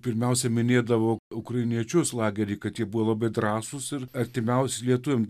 pirmiausia minėdavo ukrainiečius lagery kad jie buvo labai drąsūs ir artimiausi lietuviam